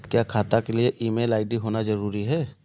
क्या खाता के लिए ईमेल आई.डी होना जरूरी है?